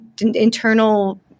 internal